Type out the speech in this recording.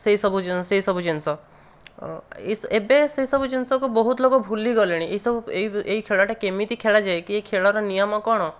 ସେହିସବୁ ସେହିସବୁ ଜିନିଷ ଏବେ ସେହିସବୁ ଜିନିଷକୁ ବହୁତ ଲୋକ ଭୁଲି ଗଲେଣି ଏହି ସବୁ ଏହି ଖେଳଟା କେମିତି ଖେଳାଯାଏ କି ଖେଳର ନିୟମ କ'ଣ